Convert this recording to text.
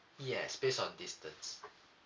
yes based on distance